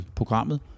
programmet